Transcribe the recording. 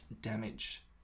damage